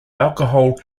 alcohol